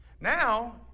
Now